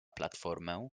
platformę